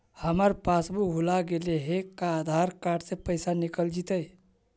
हमर पासबुक भुला गेले हे का आधार कार्ड से पैसा निकल जितै?